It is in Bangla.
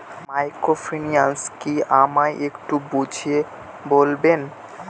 মাইক্রোফিন্যান্স কি আমায় একটু বুঝিয়ে বলবেন?